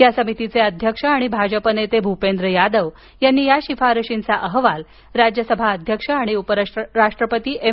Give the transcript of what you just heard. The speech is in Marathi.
या समितीचे अध्यक्ष आणि भाजप नेते भूपेंदर यादव यांनी या शिफारसींचा अहवाल राज्य सभा अध्यक्ष आणि उपराष्ट्रपती एम